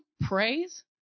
praise